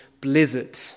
blizzard